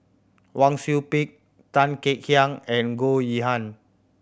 Wang Sui Pick Tan Kek Hiang and Goh Yihan